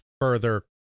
further